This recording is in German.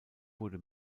wurde